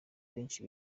benshi